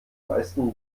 meisten